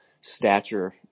stature